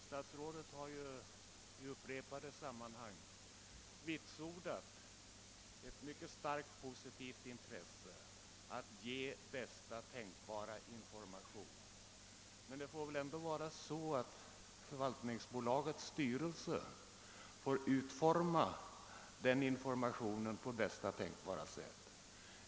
Statsrådet har ju vid upprepade tillfällen vitsordat ett mycket starkt positivt intresse för att ge bästa tänkbara information, men förvaltningsbolagets styrelse måste väl ändå få utforma den informationen på lämpligaste sätt.